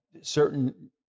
certain